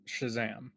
Shazam